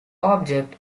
object